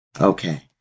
Okay